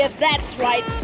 that's right.